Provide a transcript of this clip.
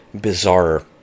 bizarre